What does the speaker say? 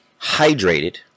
hydrated